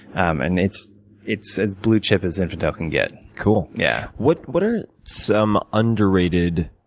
and it's it's as blue chip as zinfandel can get. cool. yeah what what are some underrated